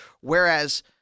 whereas